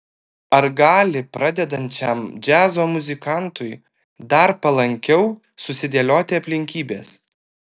ar gali pradedančiam džiazo muzikantui dar palankiau susidėlioti aplinkybės